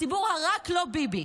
ציבור הרק-לא-ביבי.